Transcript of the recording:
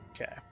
Okay